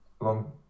long